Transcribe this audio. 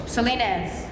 Salinas